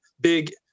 big